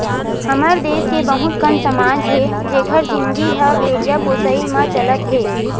हमर देस के बहुत कन समाज हे जिखर जिनगी ह भेड़िया पोसई म चलत हे